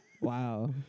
Wow